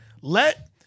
Let